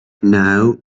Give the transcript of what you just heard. now